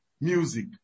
music